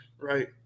right